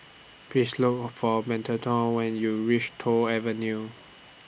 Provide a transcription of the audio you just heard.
Please Look For Macarthur when YOU REACH Toh Avenue